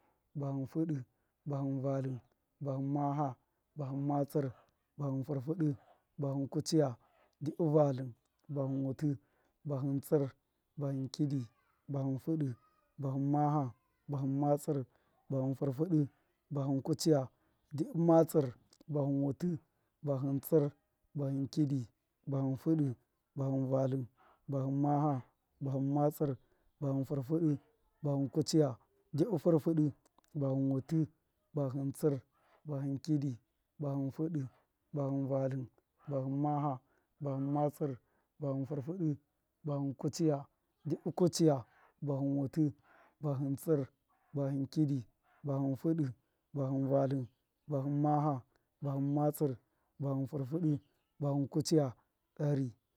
Bahṫn, fudu, bahṫn, vatlṫ, bahṫn, maha, bahṫn, matsṫn, bahṫn, furfudu, bahṫn, kuchiya, dṫbṫ vatlṫ, bahṫn wutṫ, bahṫn tsṫr, bahṫn kṫdṫ, bahṫn fudu, bahṫn maha, bahṫn matsṫn, bahṫn furfuda, bahṫn kuchiya, dṫbṫ matsṫr, bahṫn wutṫ, bahṫn tsṫr, bahṫn kidṫ, bahṫn fudu, bahṫn vatlṫ, bahṫn maha, bahṫn matsṫr, bahṫn furfudu, bahṫn kuchiya, dṫbṫ furfudu, bahṫn wutṫ, bahṫn tsṫr, bahṫn kṫdṫ, bahṫn fudu, bahṫn vatlṫ, bahṫn maha, bahṫn matsṫn, bahṫn furfudu, bahn kuchiya, dṫbṫ kuchiya, bahṫn wutṫ, bahṫn tsṫr, bahṫn kṫdṫ, bahṫn fudu, bahṫn vatlṫ, bahṫn maha, bahṫn matsṫr, bahṫn furfudu, bahṫn kuchiya, dari.